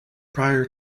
prior